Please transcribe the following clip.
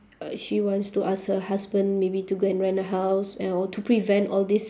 uh she wants to ask her husband maybe to go and rent a house and all to prevent all these